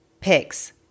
Pigs